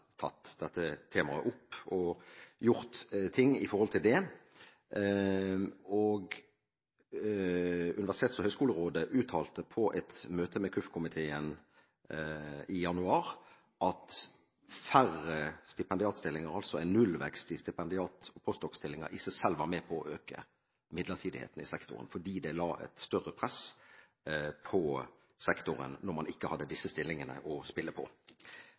tatt dette temaet opp og gjort noe i forhold til det. Universitets- og høgskolerådet uttalte på et møte med kirke-, utdannings- og forskningskomiteen i januar at færre stipendiatstillinger, altså en nullvekst i stipendiat-postdokstillinger, i seg selv var med på å øke midlertidigheten i sektoren, fordi det la et større press på sektoren når man ikke hadde disse stillingene å spille på.